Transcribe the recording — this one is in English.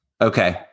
Okay